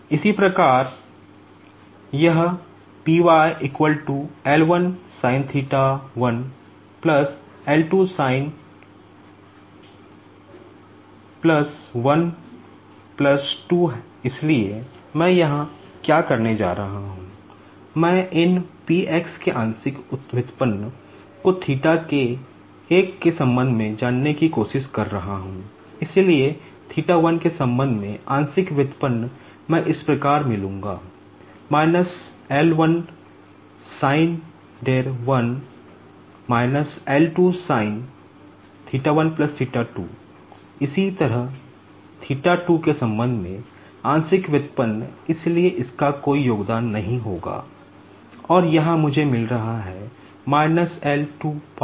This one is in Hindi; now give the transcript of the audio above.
इसी प्रकार यह Py L1 sin θ1 L2 sin इसलिए इसका कोई योगदान नहीं होगा और यहां मुझे मिल रहा है - एल 2 पाप